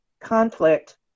conflict